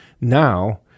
Now